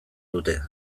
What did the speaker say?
dute